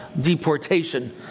deportation